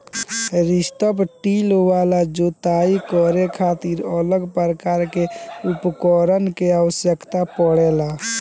strip till वाला जोताई करे खातिर अलग प्रकार के उपकरण के आवस्यकता पड़ेला